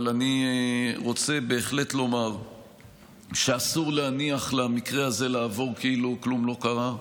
אני רוצה לומר שאסור להניח למקרה הזה לעבור כאילו כלום לא קרה.